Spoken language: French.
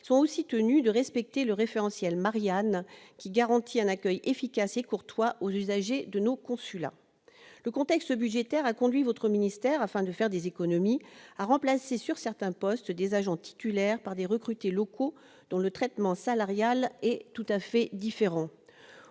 sont aussi tenus de respecter le référentiel Marianne qui garantit un accueil efficace et courtois aux usagers dans nos consulats. Le contexte budgétaire a conduit le ministère, afin de faire des économies, à remplacer, sur certains postes, des agents titulaires par des recrutés locaux dont le traitement salarial est tout à fait différent.